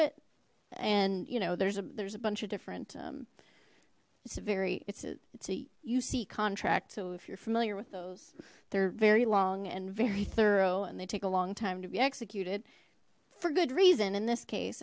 it and you know there's a there's a bunch of different it's a very it's a it's a uc contract so if you're familiar with those they're very long and very thorough and they take a long time to be executed for good reason in this case